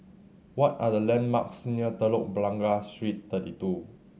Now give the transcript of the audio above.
what are the landmarks near Telok Blangah Street Thirty Two